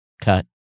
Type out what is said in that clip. cut